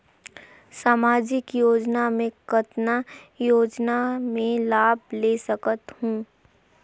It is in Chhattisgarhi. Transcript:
समाजिक योजना मे कतना योजना मे लाभ ले सकत हूं?